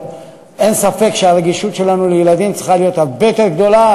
אין ספק שהרגישות שלנו לילדים צריכה להיות הרבה יותר גדולה.